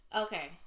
okay